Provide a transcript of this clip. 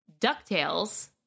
DuckTales